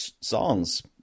songs